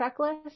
checklist